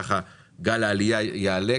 ככה גל העלייה יעלה,